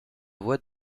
voit